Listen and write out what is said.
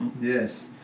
Yes